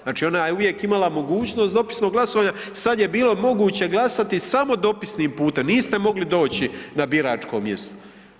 Znači ona je uvijek imala mogućnost dopisnog glasovanja, sad je bilo moguće glasati samo dopisnim putem, niste mogli doći na biračko mjesto.